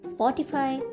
Spotify